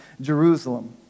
Jerusalem